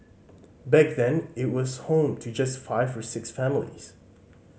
back then it was home to just five or six families